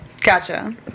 Gotcha